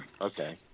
Okay